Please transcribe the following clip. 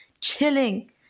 Chilling